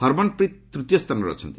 ହରମନପ୍ରିତ ତୂତୀୟ ସ୍ଥାନରେ ଅଛନ୍ତି